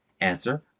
Answer